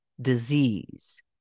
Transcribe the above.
disease